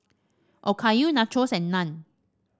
Okayu Nachos and Naan